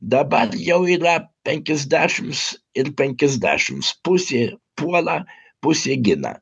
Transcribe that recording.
dabar jau yra penkiasdešimt ir penkiasdešimt pusė puola pusė gina